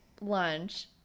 lunch